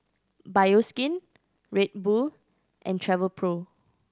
Bioskin Red Bull and Travelpro